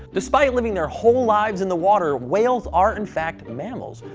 despite living their whole lives in the water, whales are in fact mammals.